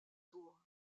tour